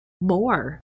more